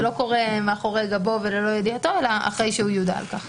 זה לא קורה מאחורי גבו וללא ידיעתו אלא אחרי שהוא יודע על כך.